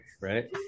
right